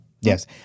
yes